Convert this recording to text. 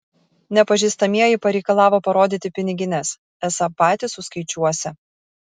nepažįstamieji pareikalavo parodyti pinigines esą patys suskaičiuosią